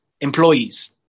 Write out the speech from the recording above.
employees